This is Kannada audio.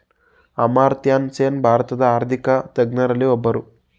ಅಮರ್ತ್ಯಸೇನ್ ಭಾರತದ ಆರ್ಥಿಕ ತಜ್ಞರಲ್ಲಿ ಒಬ್ಬರು